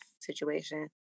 situation